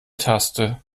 taste